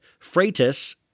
Freitas